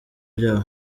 byabo